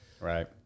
right